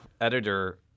editor